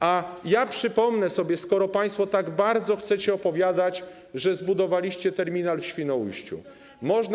A ja przypomnę, skoro państwo tak bardzo chcecie opowiadać, że zbudowaliście terminal w Świnoujściu, iż można.